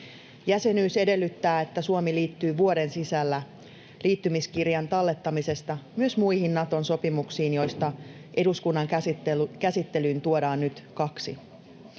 Jäsenyys edellyttää, että Suomi liittyy vuoden sisällä liittymiskirjan tallettamisesta myös muihin Naton sopimuksiin, joista eduskunnan käsittelyyn tuodaan nyt kaksi.